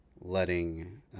letting